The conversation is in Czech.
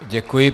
Děkuji.